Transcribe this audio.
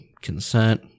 consent